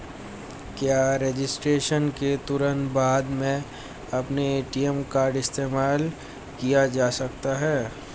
क्या रजिस्ट्रेशन के तुरंत बाद में अपना ए.टी.एम कार्ड इस्तेमाल किया जा सकता है?